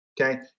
okay